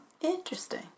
interesting